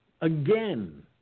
again